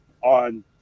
on